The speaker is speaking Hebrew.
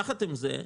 יחד עם זה,